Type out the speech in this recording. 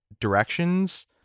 directions